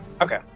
Okay